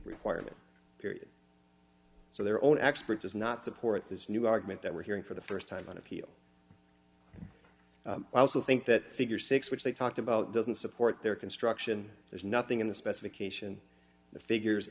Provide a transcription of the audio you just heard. requirement period so their own expert does not support this new argument that we're hearing for the st time on appeal i also think that figure six which they talked about doesn't support their construction there's nothing in the specification the figures